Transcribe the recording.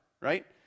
right